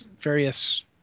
various